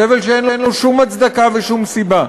סבל שאין לו שום הצדקה ושום סיבה.